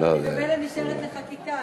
אני ממילא נשארת לחקיקה,